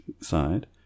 side